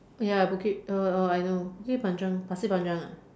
ya Bukit oh oh I know Bukit Panjang Pasir Panjang ah